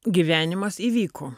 gyvenimas įvyko